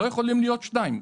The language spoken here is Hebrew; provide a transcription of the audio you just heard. לא יכולים להיות שניים.